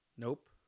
Nope